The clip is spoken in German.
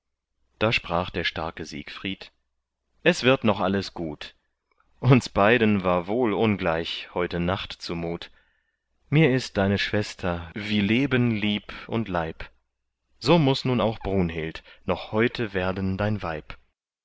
da sprach der starke siegfried es wird noch alles gut uns beiden war wohl ungleich heute nacht zumut mir ist deine schwester wie leben lieb und leib so muß nun auch brunhild noch heute werden dein weib